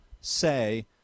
say